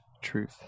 truth